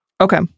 Okay